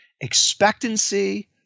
expectancy